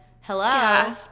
hello